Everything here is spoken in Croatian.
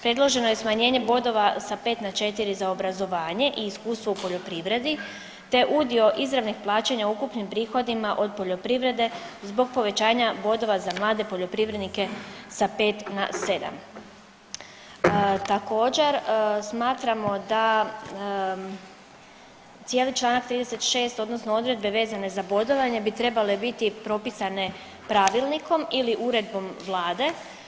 Predloženo je smanjenje bodova sa 5 na 4 za obrazovanje i iskustvo u poljoprivredi, te udio izravnih plaćanja ukupnim prihodima od poljoprivrede zbog povećanja bodova za mlade poljoprivrednike sa 5 na 7. Također, smatramo da cijeli Članak 36. odnosno odredbe vezane za bodovanje bi trebale biti propisane pravilnikom ili uredbom vlade.